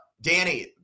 Danny